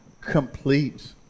complete